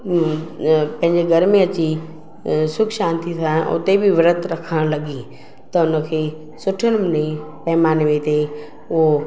पंहिंजे घर में अची सुख शांती सां उते बी व्रतु रखण लॻी त उनखे सुठे नमूने पैमाने ते उहो